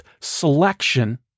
selection